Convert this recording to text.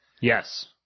Yes